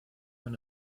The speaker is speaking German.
wenn